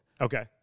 Okay